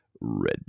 Red